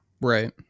Right